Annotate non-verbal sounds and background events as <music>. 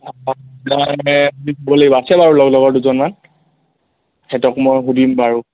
অঁ অঁ <unintelligible> লাগিব আছে বাৰু লগ লগৰ দুজনমান সিহঁতক মই সুধিম বাৰু